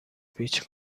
پیچ